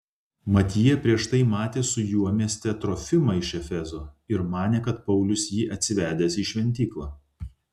mat jie prieš tai matė su juo mieste trofimą iš efezo ir manė kad paulius jį atsivedęs į šventyklą